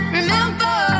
remember